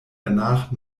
danach